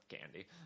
candy